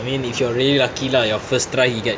I mean if you're really lucky lah your first try you get